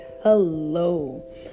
Hello